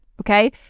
Okay